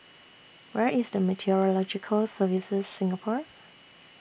Where IS The Meteorological Services Singapore